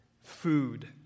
food